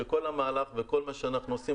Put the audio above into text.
שכל המהלך וכל מה שאנחנו עושים,